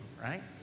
right